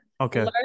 Okay